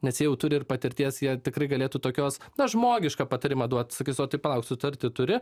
nes jie jau turi ir patirties jie tikrai galėtų tokios na žmogišką patarimą duot sakys o tai palauk sutartį turi